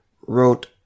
wrote